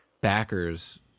backers